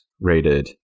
rated